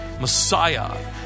Messiah